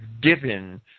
given